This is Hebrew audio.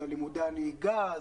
זה לימודי הנהיגה.